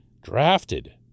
drafted